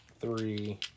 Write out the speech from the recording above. three